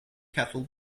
cattle